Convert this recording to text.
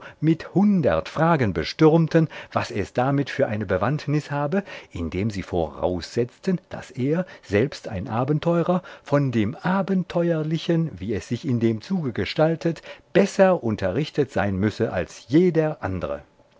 mit hundert fragen bestürmten was es damit für eine bewandtnis habe indem sie voraussetzten daß er selbst ein abenteurer von dem abenteuerlichen wie es sich in dem zuge gestaltet besser unterrichtet sein müsse als jeder andere